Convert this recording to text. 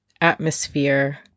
atmosphere